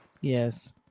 yes